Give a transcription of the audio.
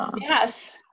yes